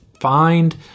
Find